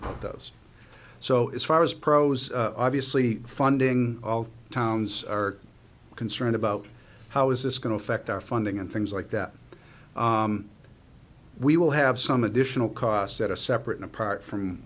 about those so if i was prose obviously funding all towns are concerned about how is this going to affect our funding and things like that we will have some additional costs that are separate and apart from